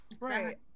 right